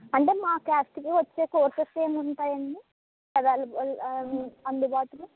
అంటే మా క్యాస్ట్ కి వచ్చే కోర్సెస్ ఏముంటాయి అండి అవైల అందుబాటులో